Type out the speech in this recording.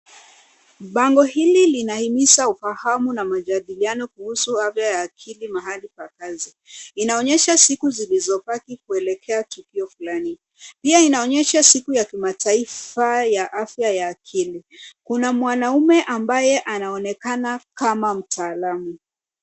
Bango hili linahimiza ufahamu na majadiliano kuhusu afya ya akili mahali pa kazi. Inaonyesha siku zilizobaki kuelekea tukio fulani. Pia inaonyesha siku ya kimataifa ya afya ya akili. Kuna mwanaume ambaye anaonekana kama mtaalamu.